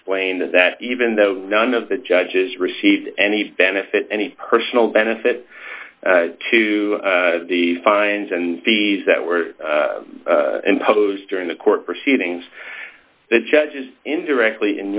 explained that even though none of the judges received any benefit any personal benefit to the fines and fees that were imposed during the court proceedings the judges indirectly